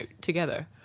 together